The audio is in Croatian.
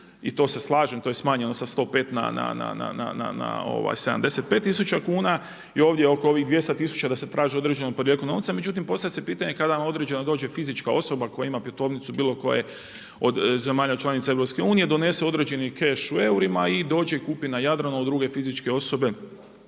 i to se slažem, to je smanjeno sa 105 na 75 tisuća kuna i ovdje oko ovih 200 tisuća da se traži određeno podrijetlo novca. Međutim postavlja se pitanje kada vam dođe fizička osoba koja ima putovnicu bilo koje od zemalja članica EU donese određeni keš u eurima i dođe i kupi na Jadranu od druge fizičke osobe